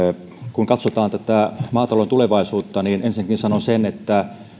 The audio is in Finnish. kun katsotaan tätä maatalouden tulevaisuutta niin ensinnäkin sanon sen että